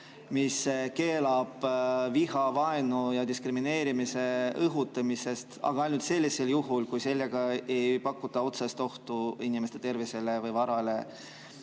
mis keelab vihavaenu ja diskrimineerimise õhutamise, aga ainult sellisel juhul, kui sellega ei teki otsest ohtu inimeste tervisele või varale.